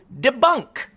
debunk